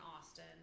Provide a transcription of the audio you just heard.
Austin